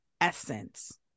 essence